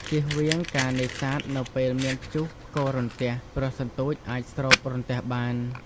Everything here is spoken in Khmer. ជៀសវាង ការនេសាទនៅពេលមានព្យុះផ្គររន្ទះ ព្រោះសន្ទូចអាចស្រូបរន្ទះបាន។